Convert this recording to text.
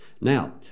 Now